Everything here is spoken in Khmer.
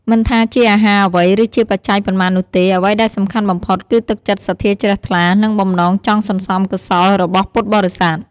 មិនថាជាអាហារអ្វី ឬជាបច្ច័យប៉ុន្មាននោះទេ អ្វីដែលសំខាន់បំផុតគឺទឹកចិត្តសទ្ធាជ្រះថ្លា និងបំណងចង់សន្សំកុសលរបស់ពុទ្ធបរិស័ទ។